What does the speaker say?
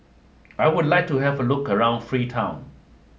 I would like to have a look around Freetown